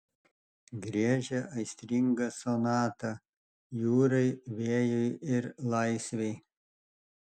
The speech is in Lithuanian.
griežia aistringą sonatą jūrai vėjui ir laisvei